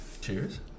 Cheers